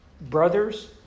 Brothers